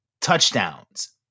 touchdowns